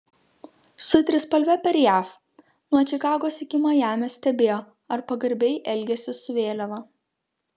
su trispalve per jav nuo čikagos iki majamio stebėjo ar pagarbiai elgiasi su vėliava